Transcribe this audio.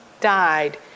died